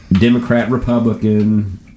Democrat-Republican